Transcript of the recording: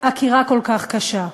עקירה כל כך קשה.